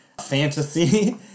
fantasy